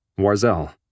Warzel